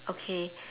okay